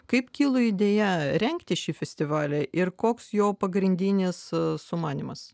kaip kilo idėja rengti šį festivalį ir koks jo pagrindinis sumanymas